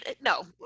no